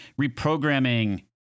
reprogramming